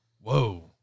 Whoa